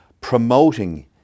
promoting